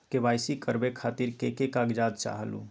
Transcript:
KYC करवे खातीर के के कागजात चाहलु?